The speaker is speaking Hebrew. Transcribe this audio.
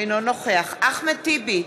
אינו נוכח אחמד טיבי,